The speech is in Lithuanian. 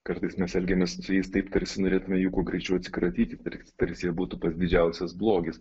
kartais mes elgiamės su jais taip tarsi norėtume jų kuo greičiau atsikratyti tarsi jie būtų pats didžiausias blogis